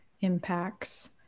impacts